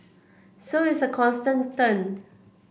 so it's a constant turn